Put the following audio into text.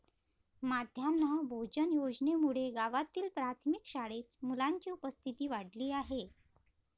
माध्यान्ह भोजन योजनेमुळे गावातील प्राथमिक शाळेत मुलांची उपस्थिती वाढली आहे